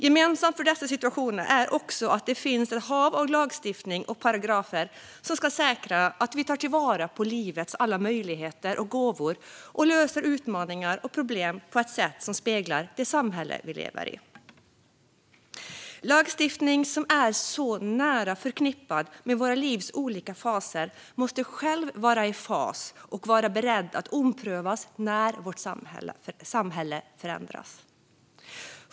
Gemensamt för dessa situationer är också att det finns ett hav av lagstiftning och paragrafer som ska säkra att vi tar vara på livets alla möjligheter och gåvor och löser utmaningar och problem på ett sätt som speglar det samhälle vi lever i. Lagstiftning som är så nära förknippad med våra livs olika faser måste själv vara i fas och kunna omprövas när vårt samhälle förändras.